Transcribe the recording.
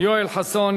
יואל חסון.